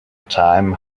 time